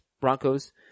Broncos